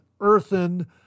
earthen